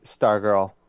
Stargirl